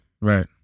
Right